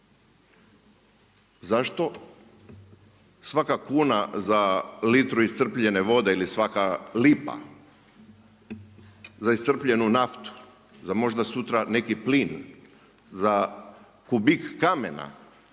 Zašto svaka kuna za litru iscrpljene vode ili svaka lipa za iscrpljenu naftu, za možda sutra neki plin, za kubik kamena